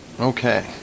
Okay